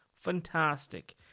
fantastic